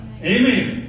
Amen